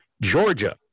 Georgia